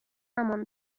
زمان